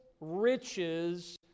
riches